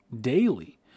daily